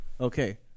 Okay